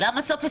למה סוף 21'